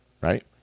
right